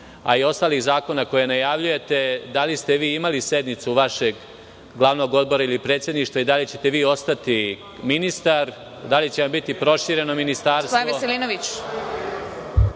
a i ostalih zakona koje najavljujete, da li ste vi imali sednicu vašeg glavnog odbora ili predsedništva i da li ćete vi ostati ministar? Da li će vam biti prošireno ministarstvo?